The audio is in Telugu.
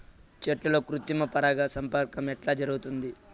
చెట్లల్లో కృత్రిమ పరాగ సంపర్కం ఎట్లా జరుగుతుంది?